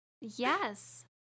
Yes